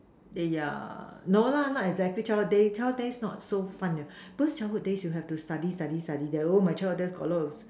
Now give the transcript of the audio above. eh yeah no lah not exactly childhood days childhood days not so fun those travel days you have to study study study then oh my childhood days got a lot